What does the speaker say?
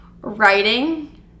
writing